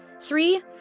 Three